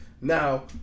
Now